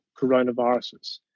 coronaviruses